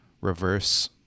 reverse